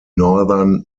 northern